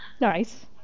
Nice